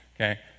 okay